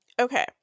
Okay